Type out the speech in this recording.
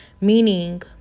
Meaning